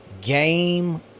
game